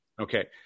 Okay